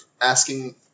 asking